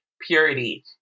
purity